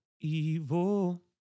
evil